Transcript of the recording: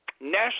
national